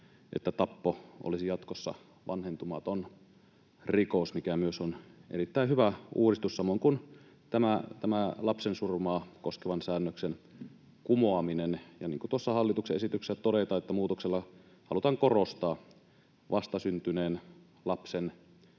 että tappo olisi jatkossa vanhentumaton rikos, mikä myös on erittäin hyvä uudistus, samoin kuin tämä lapsensurmaa koskevan säännöksen kumoaminen. Niin kuin tuossa hallituksen esityksessä todetaan, muutoksella halutaan korostaa vastasyntyneen lapsen